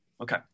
Okay